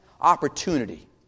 Opportunity